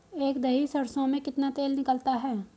एक दही सरसों में कितना तेल निकलता है?